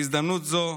בהזדמנות זו,